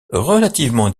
relativement